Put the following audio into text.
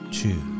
two